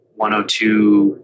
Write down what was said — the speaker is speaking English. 102